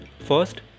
First